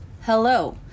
Hello